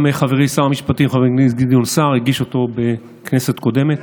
גם חברי שר המשפטים חבר הכנסת גדעון סער הגיש אותו בכנסת הקודמת.